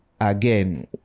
again